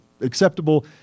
acceptable